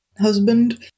husband